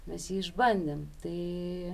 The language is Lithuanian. mes jį išbandėm tai